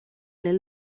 del